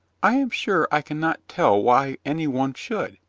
i am sure i can not tell why any one should,